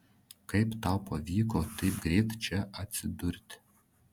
kaip tau pavyko taip greit čia atsidurti